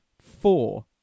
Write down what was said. four